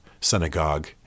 Synagogue